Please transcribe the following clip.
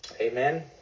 Amen